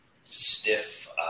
stiff